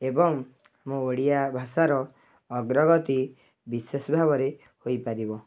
ଏବଂ ମୋ ଓଡ଼ିଆ ଭାଷାର ଅଗ୍ରଗତି ବିଶେଷ ଭାବରେ ହୋଇପାରିବ